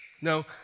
No